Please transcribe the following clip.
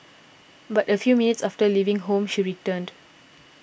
but a few minutes after leaving home she returned